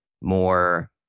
more